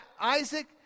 Isaac